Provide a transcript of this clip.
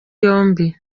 yombi